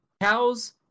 cows